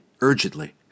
urgently